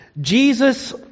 Jesus